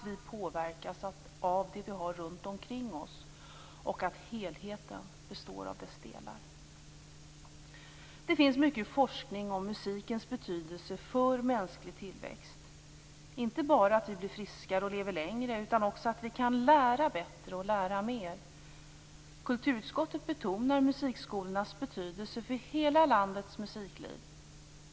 Vi påverkas av det som vi har runt omkring oss, och helheten består av dess delar. Det finns mycket forskning om musikens betydelse för mänsklig tillväxt, inte bara att vi blir friskare och lever längre utan också att vi kan lära bättre och lära mer. Kulturutskottet betonar musikskolornas betydelse för hela landets musikliv.